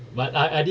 but I I did